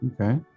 Okay